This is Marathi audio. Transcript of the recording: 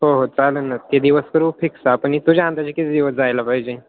हो हो चालेल ना ते दिवस करू फिक्स आपण तुझ्या अंदाजे किती दिवस जायला पाहिजे